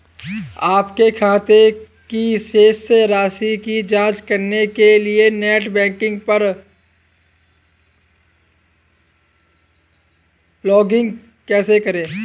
अपने खाते की शेष राशि की जांच करने के लिए नेट बैंकिंग पर लॉगइन कैसे करें?